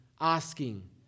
asking